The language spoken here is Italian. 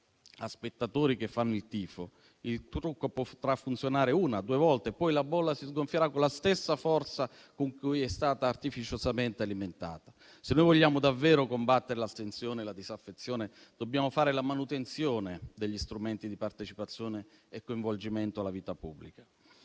a spettatori che fanno il tifo, il trucco potrà funzionare una o due volte, poi la bolla si sgonfierà con la stessa forza con cui è stata artificiosamente alimentata. Se noi vogliamo davvero combattere l'astensione e la disaffezione, dobbiamo fare la manutenzione degli strumenti di partecipazione e coinvolgimento alla vita pubblica.